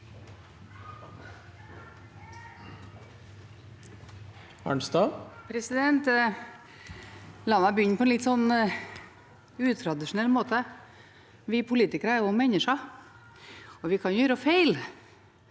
La meg begynne på en litt utradisjonell måte. Vi politikere er også mennesker, og vi kan gjøre feil.